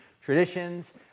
traditions